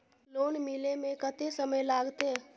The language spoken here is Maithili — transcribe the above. लोन मिले में कत्ते समय लागते?